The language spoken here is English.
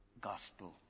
gospel